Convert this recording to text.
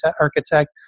architect